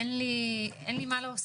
שאין לי מה להוסיף,